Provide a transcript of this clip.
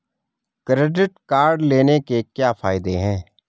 Credit card लेने के क्या फायदे हैं?